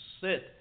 sit